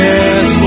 Yes